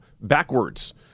backwards